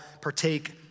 partake